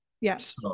yes